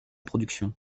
production